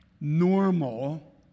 normal